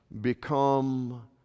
become